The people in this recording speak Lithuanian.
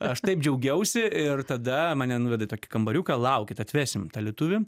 aš taip džiaugiausi ir tada mane nuveda į tokį kambariuką laukit atvesim tą lietuvį